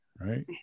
Right